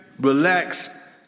relax